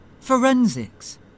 Forensics